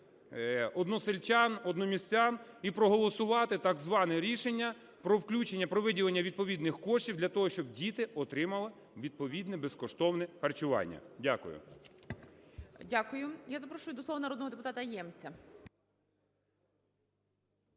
односельчан, одномісцян і проголосувати так зване рішення про включення… про виділення відповідних коштів для того, щоби діти отримали відповідне безкоштовне харчування. Дякую. ГОЛОВУЮЧИЙ. Дякую. Я запрошую до слова народного депутата Ємця.